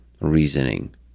reasoning